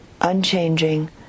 unchanging